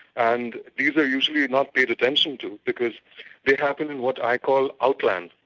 and these are usually not paid attention to because they happen in what i call outland,